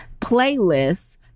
playlists